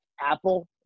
Apple